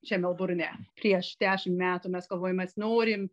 čia melburne prieš dešim metų mes galvojom mes norim